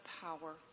power